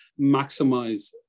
maximize